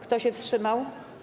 Kto się wstrzymał?